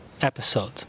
episode